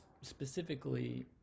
specifically